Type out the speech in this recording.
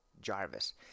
Jarvis